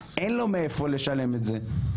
אין לו מאיפה לשלם את זה,